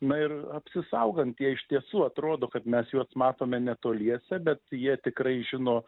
na ir apsisaugant jie iš tiesų atrodo kad mes juos matome netoliese bet jie tikrai žino